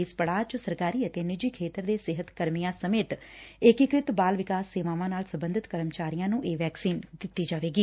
ਇਸ ਪੜਾਅ ਚ ਸਰਕਾਰੀ ਅਤੇ ਨਿੱਜੀ ਖੇਤਰ ਦੇ ਸਿਹਤ ਕਰਮੀਆਂ ਸਮੇਤ ਏਕੀਕ੍ਤਿ ਬਾਲ ਵਿਕਾਸ ਸੇਵਾਵਾਂ ਨਾਲ ਸਬੰਧਤ ਕਰਮਚਾਰੀਆਂ ਨੂੰ ਇਹ ਵੈਕਸੀਨ ਦਿੱਤੀ ਜਾਵੇਗੀ